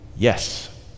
Yes